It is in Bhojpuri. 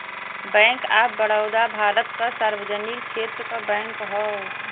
बैंक ऑफ बड़ौदा भारत क सार्वजनिक क्षेत्र क बैंक हौ